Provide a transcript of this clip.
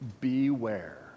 beware